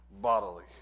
bodily